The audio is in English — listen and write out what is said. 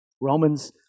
Romans